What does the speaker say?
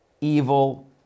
evil